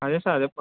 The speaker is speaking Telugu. అదే సార్